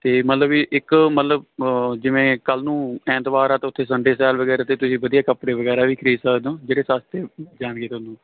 ਅਤੇ ਮਤਲਬ ਵੀ ਇੱਕ ਮਤਲਬ ਜਿਵੇਂ ਕੱਲ੍ਹ ਨੂੰ ਐਤਵਾਰ ਆ ਅਤੇ ਉੱਥੇ ਸੰਡੇ ਸੈਲ ਵਗੈਰਾ 'ਤੇ ਤੁਸੀਂ ਵਧੀਆ ਕੱਪੜੇ ਵਗੈਰਾ ਵੀ ਖਰੀਦ ਸਕਦੇ ਹੋ ਜਿਹੜੇ ਸਸਤੇ ਮਿਲ ਜਾਣਗੇ ਤੁਹਾਨੂੰ